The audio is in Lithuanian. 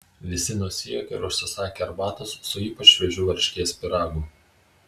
visi nusijuokė ir užsisakė arbatos su ypač šviežiu varškės pyragu